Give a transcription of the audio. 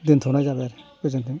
दोन्थ'नाय जाबाय आरो गोजोन्थों